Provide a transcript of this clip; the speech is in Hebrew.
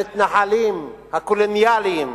המתנחלים הקולוניאלים,